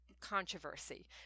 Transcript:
controversy